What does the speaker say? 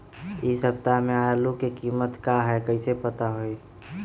इ सप्ताह में आलू के कीमत का है कईसे पता होई?